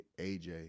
AJ